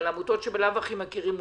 על עמותות שבלאו הכי מכירים אותן.